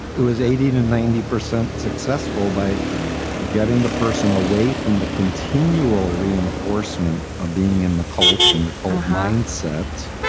it was eighty to ninety percent successful by getting the person away from the continual reinforcement of being in the cult and the cult handsets,